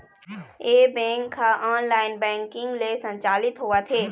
ए bank ह online banking ले संचालित होवत हे